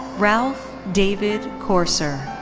ralph david corser.